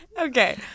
okay